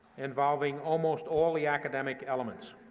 involving almost all the academic elements.